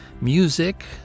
music